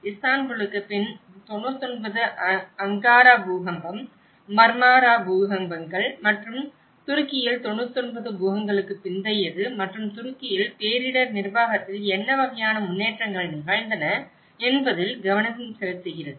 இஸ்தான்புல்லுக்குப் பின் 99 அங்காரா பூகம்பம் மர்மாரா பூகம்பங்கள் மற்றும் துருக்கியில் 99 பூகம்பங்களுக்குப் பிந்தையது மற்றும் துருக்கியில் பேரிடர் நிர்வாகத்தில் என்ன வகையான முன்னேற்றங்கள் நிகழ்ந்தன என்பதில் கவனம் செலுத்துகிறது